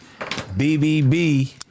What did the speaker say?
BBB